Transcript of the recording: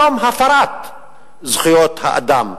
יום הפרת זכויות האדם.